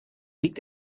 liegt